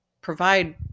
provide